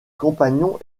compagnons